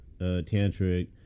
Tantric